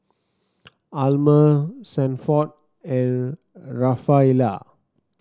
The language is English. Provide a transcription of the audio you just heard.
Almer Sanford and Rafaela